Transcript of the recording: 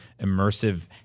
immersive